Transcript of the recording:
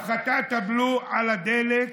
הפחתת הבלו על הדלק,